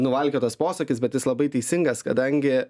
nuvalkiotas posakis bet jis labai teisingas kadangi